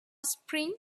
spring